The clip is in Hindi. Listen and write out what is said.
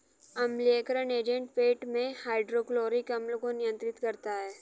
अम्लीयकरण एजेंट पेट में हाइड्रोक्लोरिक अम्ल को नियंत्रित करता है